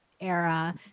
era